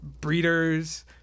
Breeders